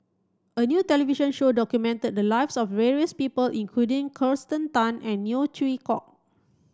a new television show documented the lives of various people including Kirsten Tan and Neo Chwee Kok